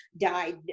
died